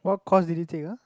what course did you take ah